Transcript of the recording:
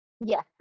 Yes